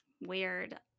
Weird